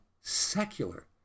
secular